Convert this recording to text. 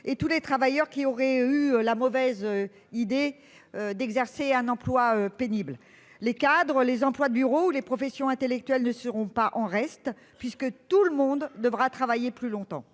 et tous les travailleurs qui auraient eu la mauvaise idée d'exercer un emploi pénible. Reste que les cadres, les emplois de bureau et les professions intellectuelles ne sont pas en reste, puisque tout le monde devra travailler plus longtemps.